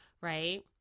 Right